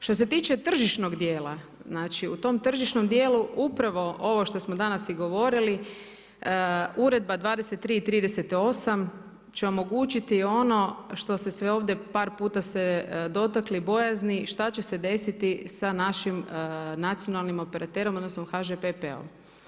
Što se tiče tržišnog dijela, znači u tom tržišnom dijelu upravo ovo što smo danas i govorili Uredba 23 i 38 će omogućiti ono što se sve ovdje par puta ste dotakli bojazni šta će se desiti sa našim nacionalnim operaterom odnosno HŽPP-om.